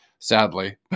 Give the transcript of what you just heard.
sadly